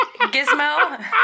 gizmo